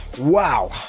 Wow